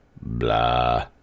blah